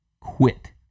quit